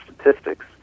statistics